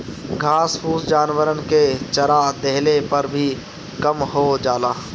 घास फूस जानवरन के चरा देहले पर भी कम हो जाला